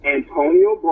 Antonio